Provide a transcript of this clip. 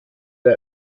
der